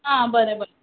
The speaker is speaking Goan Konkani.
आ बरें बरें